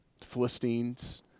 Philistines